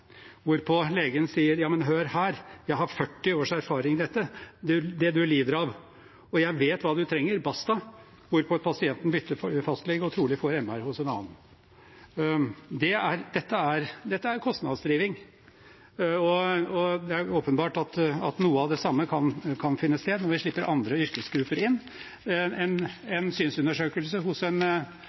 hvorpå legen sier «ja, men hør her, jeg har 40 års erfaring med det du lider av, og jeg vet hva du trenger – basta», hvorpå pasienten bytter fastlege og trolig får MR hos en annen. Dette er kostnadsdriving, og det er åpenbart at noe av det samme kan finne sted når vi slipper andre yrkesgrupper inn. En synsundersøkelse hos en